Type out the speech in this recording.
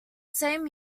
same